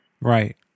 Right